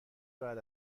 بعد